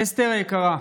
אסתר היקרה,